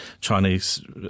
Chinese